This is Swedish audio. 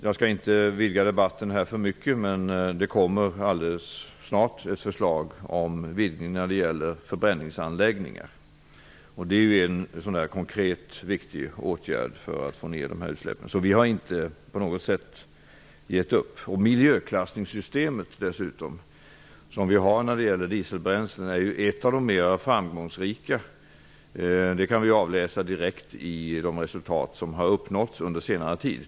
Jag skall inte utvidga debatten här alltför mycket, men det kommer snart ett förslag gällande förbränningsanläggningar. Det är en konkret, viktig åtgärd för att minska utsläppen. Vi har inte gett upp på något sätt. Miljöklassningssystemet för dieselbränslen är ett av de mera framgångsrika metoderna. Det kan vi avläsa direkt i de resultat som har uppnåtts under senare tid.